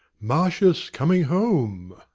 marcius coming home!